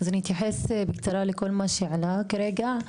אני אתייחס בקצרה לכל מה שעלה כרגע,